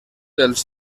dels